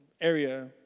area